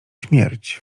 śmierć